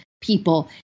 People